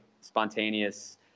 spontaneous